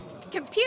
Computer